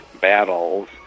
battles